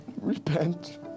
Repent